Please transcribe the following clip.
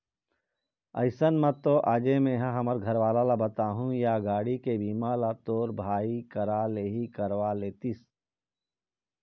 अइसन म तो आजे मेंहा हमर घरवाला ल बताहूँ या गाड़ी के बीमा ल तोर भाई करा ले ही करवा लेतिस